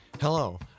Hello